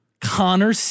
Connor